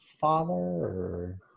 father